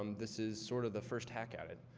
um this is sort of the first hack at it.